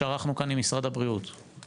אנחנו רוצים לחלק את התקציב של אופק ישראלי,